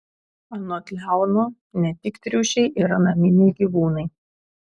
anot leono ne tik triušiai yra naminiai gyvūnai